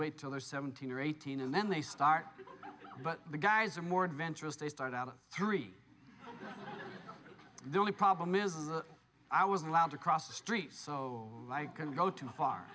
wait till they're seventeen or eighteen and then they start but the guys are more adventurous they start out of three the only problem is a i was allowed to cross the street so i couldn't go too far